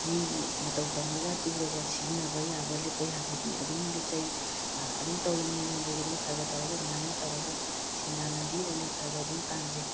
ꯃꯤꯒꯤ ꯃꯇꯧ ꯇꯝꯃꯒ ꯇꯨꯔꯒ ꯁꯤꯖꯤꯟꯅꯕ ꯌꯥꯕ ꯂꯤꯠꯄ ꯌꯥꯕꯗꯤ ꯑꯗꯨꯝ ꯂꯤꯠꯆꯩ ꯑꯗꯨꯝ ꯇꯧꯋꯦ ꯃꯤꯉꯣꯟꯗꯒꯤ ꯑꯗꯨꯝ ꯈꯔ ꯈꯔ ꯇꯧꯔꯒ ꯑꯗꯨꯃꯥꯏꯅ ꯇꯧꯔꯒ ꯁꯦꯟꯗꯥꯟ ꯂꯝꯕꯤ ꯑꯣꯏꯅ ꯈꯔ ꯈꯔ ꯑꯗꯨꯝ ꯇꯥꯟꯖꯩ